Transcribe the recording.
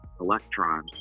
electrons